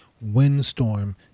windstorm